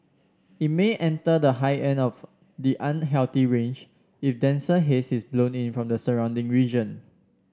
it may enter the high end of the unhealthy range if denser haze is blown in from the surrounding region